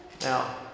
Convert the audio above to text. Now